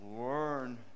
learn